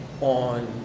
on